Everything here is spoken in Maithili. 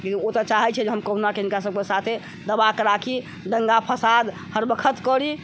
ओ तऽ चाहै छै जे हम कहूना कऽ हिनका सबके साथे दबा कऽ राखी दंगा फसाद हर बखत करी